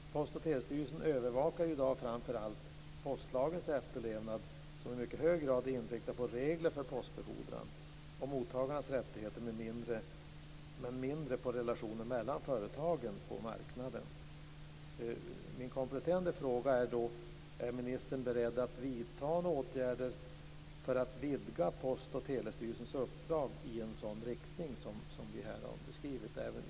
Post och telestyrelsen övervakar i dag framför allt postlagens efterlevnad. Denna är i mycket hög grad inriktad på regler för postbefordran och mottagarnas rättigheter men mindre på relationen mellan företagen på marknaden. Min kompletterande fråga blir: Är ministern beredd att vidta några åtgärder för att vidga Post och telestyrelsens uppdrag i en sådan riktning som här har beskrivits?